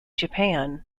japan